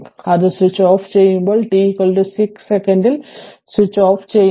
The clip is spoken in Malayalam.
അത് സ്വിച്ച് ഓഫ് ചെയ്യുമ്പോൾ t 6 സെക്കൻഡിൽ സ്വിച്ച് ഓഫ് ചെയ്യുമ്പോൾ അത് 10 ut 6 വലത്